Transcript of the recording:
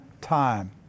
time